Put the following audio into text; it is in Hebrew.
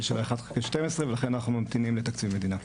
של 1/12 ולכן אנחנו ממתינים לתקציב מדינה.